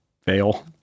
fail